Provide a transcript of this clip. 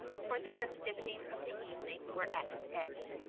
for the festivities of the evening were at an end.